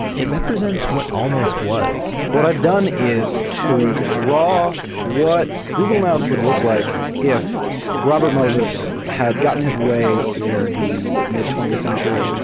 it represents what almost was what i've done is to draw what google maps would look like if robert moses had gotten his way in the mid twentieth century.